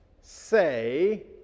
say